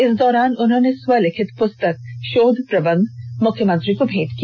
इस दौरान उन्होंने स्वलिखित पुस्तक शोध प्रबंध मुख्यमंत्री को भेंट की